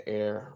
air